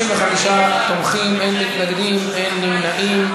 35 תומכים, אין מתנגדים, אין נמנעים.